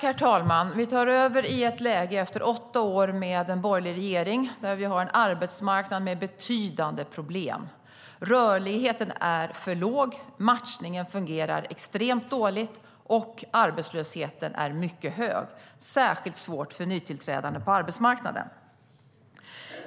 Herr talman! Vi tar över i ett läge där vi har en arbetsmarknad med betydande problem efter åtta år med en borgerlig regering. Rörligheten är för låg, matchningen fungerar extremt dåligt och arbetslösheten är mycket hög. Särskilt svårt är det för nytillträdande på arbetsmarknaden.